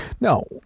No